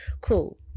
cool